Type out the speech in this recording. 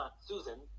Susan